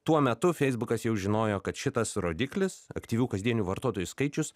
tuo metu feisbukas jau žinojo kad šitas rodiklis aktyvių kasdienių vartotojų skaičius